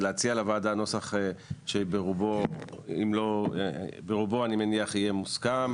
להציע לוועדה נוסח שברובו יהיה מוסכם